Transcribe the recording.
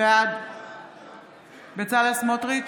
בעד בצלאל סמוטריץ'